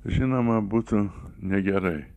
žinoma būtų negerai